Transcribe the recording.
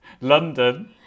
London